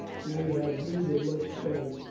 we have need of much grain,